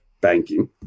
banking